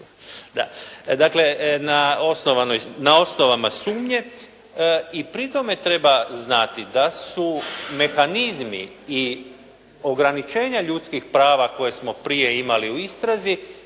Dakle, na osnovama sumnje i pri tome treba znati da su mehanizmi i ograničenja ljudskih prava koja smo prije imali u istrazi